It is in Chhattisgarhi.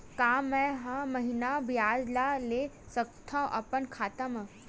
का मैं हर महीना ब्याज ला ले सकथव अपन खाता मा?